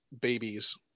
babies